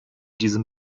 diesem